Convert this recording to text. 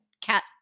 cat